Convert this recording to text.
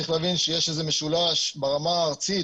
צריך להבין שיש איזה משלוש ברמה הארצית.